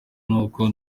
n’uko